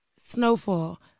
Snowfall